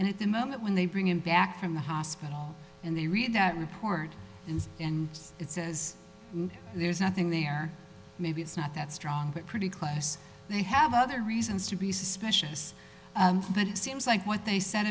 and at the moment when they bring him back from the hospital and they read the report and it says there's nothing there maybe it's not that strong but pretty close they have other reasons to be suspicious but it seems like what they s